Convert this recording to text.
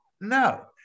no